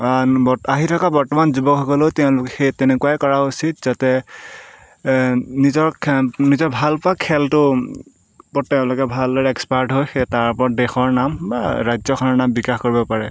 আহি থকা বৰ্তমান যুৱকসকলেও তেওঁলোকে সেই তেনেকুৱাই কৰা উচিত যাতে নিজৰ নিজৰ ভাল পোৱা খেলটো ওপৰত তেওঁলোকে ভালদৰে এক্সপাৰ্ট হয় সেই তাৰ ওপৰত দেশৰ নাম বা ৰাজ্যখনৰ নাম বিকাশ কৰিব পাৰে